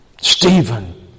Stephen